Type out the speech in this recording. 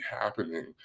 happening